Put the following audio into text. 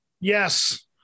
yes